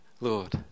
Lord